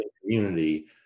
community